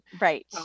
Right